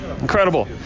incredible